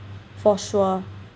for sure